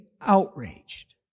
outraged